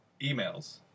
Emails